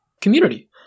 community